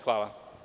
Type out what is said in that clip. Hvala.